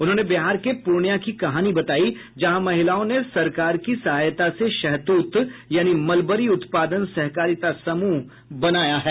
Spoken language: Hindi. उन्होंने बिहार के पूर्णिया की कहानी बताई जहां महिलाओं ने सरकार की सहायता से शहतूत यानी मलबरी उत्पादन सहकारिता समूह बनाया है